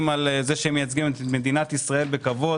על זה שהם מייצגים את מדינת ישראל בכבוד